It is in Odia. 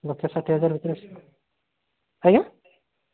ଲକ୍ଷେ ଷାଠିଏ ହଜାର ଭିତରେ ଆସିବ ଆଜ୍ଞା